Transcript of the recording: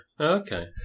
Okay